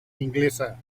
inglesa